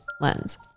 lens